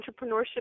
entrepreneurship